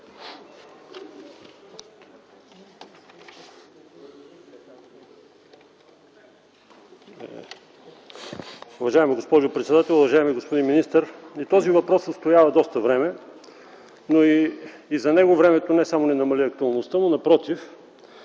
Уважаема госпожо председател, уважаеми господин министър! И този въпрос стоя доста време, но и за него времето не само не намали актуалността му, а напротив,